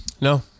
No